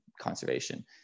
conservation